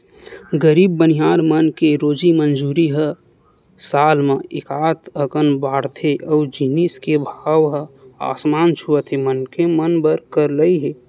गरीब बनिहार मन के रोजी मंजूरी ह साल म एकात अकन बाड़थे अउ जिनिस के भाव ह आसमान छूवत हे मनखे मन बर करलई हे